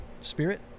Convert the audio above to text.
spirit